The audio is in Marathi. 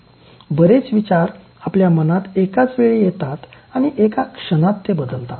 बरेच विचार आपल्या मनात एकाच वेळी येतात आणि एका क्षणात ते बदलतात